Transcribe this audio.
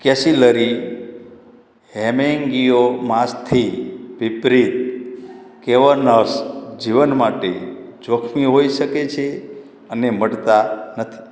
capillary haemangiomas થી વિપરીત cavernous જીવન માટે જોખમી હોઈ શકે છે અને મટતા નથી